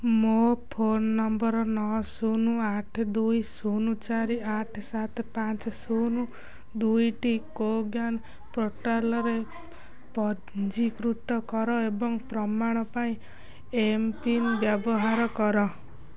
ମୋ phone number ନଅ ଶୂନ ଆଠ ଦୁଇ ଶୂନ ଚାରି ଆଠ ସାତ ପାଞ୍ଚ ଶୂନ ଦୁଇଟି କୋୱିନ୍ ପୋର୍ଟାଲରେ ପଞ୍ଜୀକୃତ କର ଏବଂ ପ୍ରମାଣ ପାଇଁ ଏମ୍ପିନ୍ ବ୍ୟବହାର କର